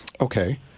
Okay